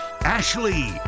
Ashley